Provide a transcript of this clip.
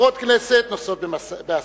חברות כנסת נוסעות בעסקים,